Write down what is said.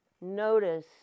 notice